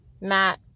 Matt